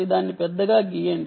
దాన్ని పెద్దగా గీస్తున్నాను